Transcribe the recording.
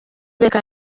reka